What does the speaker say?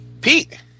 Pete